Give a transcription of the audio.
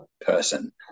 person